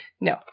No